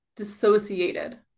dissociated